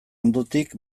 ondotik